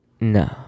No